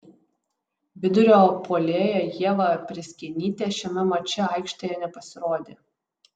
vidurio puolėja ieva prėskienytė šiame mače aikštėje nepasirodė